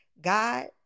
God